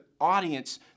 audience